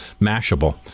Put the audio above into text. mashable